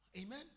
Amen